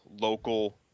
local